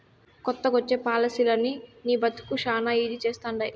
కొత్తగొచ్చే పాలసీలనీ నీ బతుకుని శానా ఈజీ చేస్తండాయి